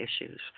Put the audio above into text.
issues